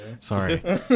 Sorry